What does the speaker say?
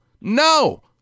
No